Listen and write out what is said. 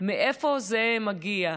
מאיפה זה מגיע?